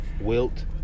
Wilt